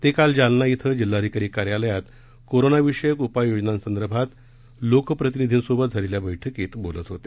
ते काल जालना अं जिल्हाधिकारी कार्यालयात कोरोनाविषयक उपाययोजनांसंदर्भात लोकप्रतिनिधींसोबत झालेल्या बैठकीत बोलत होते